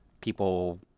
people